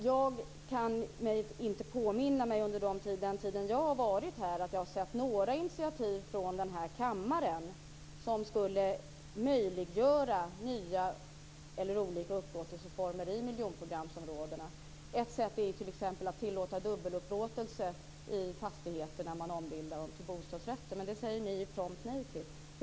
Fru talman! Jag kan inte påminna mig under den tid som jag har varit i riksdagen att jag har sett några initiativ från den här kammaren som skulle möjliggöra nya eller olika upplåtelseformer i miljonprogramsområdena. Ett sätt är t.ex. att tillåta dubbelupplåtelse i fastigheterna om de ombildas till bostadsrätter. Men det säger ni prompt nej till.